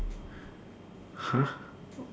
!huh!